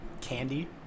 candy